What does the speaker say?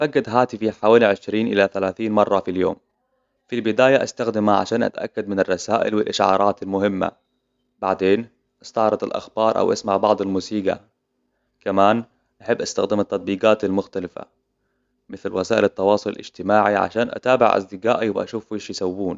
أتفقد هاتفي حوالي عشرين إلى ثلاثين مرة كل يوم. في البداية أستخدمه عشان أتأكد من الرسائل والإشعارات المهمة. بعدين، أستعرض الأخبار أو أسمع بعض الموسيقى. كمان أحب استخدم التطبيقات المختلفه مثل وسائل التواصل الاجتماعي عشان أتابع اصدقائي وأشوف وش يسوّن.